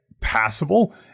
passable